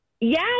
Yes